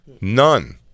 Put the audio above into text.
None